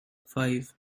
five